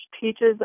teaches